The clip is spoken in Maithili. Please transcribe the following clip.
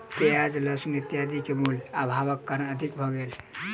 प्याज लहसुन इत्यादि के मूल्य, अभावक कारणेँ अधिक भ गेल